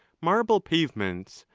marble pavements,